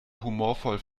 humorvoll